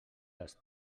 les